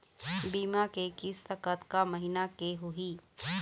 बीमा के किस्त कतका महीना के होही?